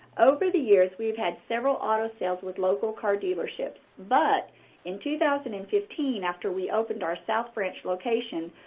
over the years, we have had several auto sales with local car dealerships. but in two thousand and fifteen, after we opened our south branch location,